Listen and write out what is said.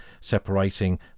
separating